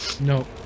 No